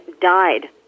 died